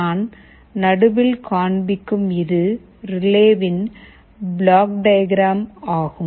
நான் நடுவில் காண்பிக்கும் இது ரிலேவின் பிளாக் டயக்ராம் ஆகும்